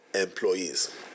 employees